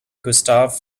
gustave